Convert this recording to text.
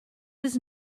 his